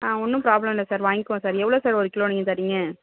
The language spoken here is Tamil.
ஆ ஒன்றும் ப்ராப்ளம் இல்லை சார் வாய்ங்குவோம் சார் எவ்வளோ சார் ஒரு கிலோ நீங்கள் தரீங்க